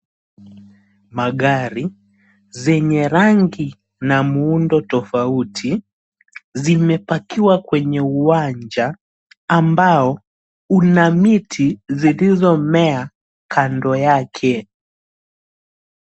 Magari zenye rangi na muundo tofauti zimepakiwa kwenye uwanja ambao una miti zilizomea kando yake.